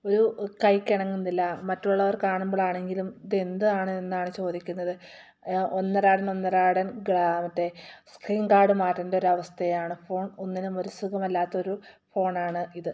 ഒരു കൈക്കിണങ്ങുന്നില്ല മറ്റുള്ളവർ കാണുമ്പോഴാണെങ്കിലും ഇതെന്താണ് എന്നാണ് ചോദിക്കുന്നത് ഒന്നരാടൻ ഒന്നരാടൻ മറ്റെ സ്ക്രീൻ ഗാർഡ് മാറ്റെണ്ടൊരു അവസ്ഥയാണ് ഫോൺ ഒന്നിനും ഒരു സുഖമല്ലാത്തൊരു ഫോണാണ് ഇത്